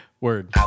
Word